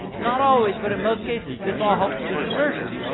not always but in most cases this all helps boost conversions.